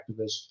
activists